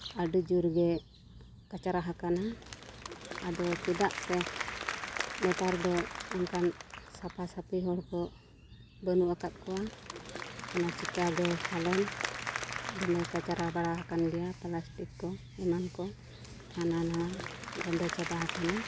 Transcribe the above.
ᱟᱹᱰᱤ ᱡᱳᱨ ᱜᱮ ᱠᱟᱪᱨᱟ ᱟᱠᱟᱱᱟ ᱟᱫᱚ ᱪᱮᱫᱟᱜ ᱥᱮ ᱱᱮᱛᱟᱨ ᱫᱚ ᱚᱱᱠᱟᱱ ᱥᱟᱯᱷᱟ ᱥᱟᱯᱷᱤ ᱦᱚᱲ ᱠᱚ ᱵᱟᱹᱱᱩᱜ ᱟᱠᱟᱫ ᱠᱚᱣᱟ ᱚᱱᱟ ᱪᱤᱠᱟᱹᱜᱮ ᱯᱟᱞᱮᱱ ᱫᱚᱢᱮ ᱠᱟᱪᱨᱟ ᱵᱟᱲᱟ ᱟᱠᱟᱱ ᱜᱮᱭᱟ ᱯᱞᱟᱥᱴᱤᱠ ᱠᱚ ᱮᱢᱟᱱ ᱠᱚ ᱦᱟᱱᱟ ᱱᱷᱟᱣᱟ ᱜᱟᱸᱫᱟ ᱪᱟᱵᱟ ᱟᱠᱟᱱᱟ